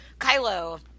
Kylo